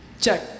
Check